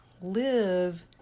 Live